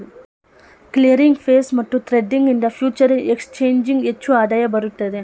clearing fees ಮತ್ತು trading ಇಂದ future exchanging ಹೆಚ್ಚು ಆದಾಯ ಬರುತ್ತದೆ